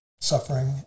suffering